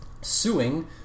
suing